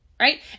right